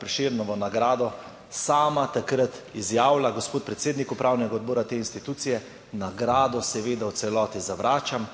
Prešernovo nagrado, sama takrat izjavila: gospod predsednik upravnega odbora te institucije, nagrado seveda v celoti zavračam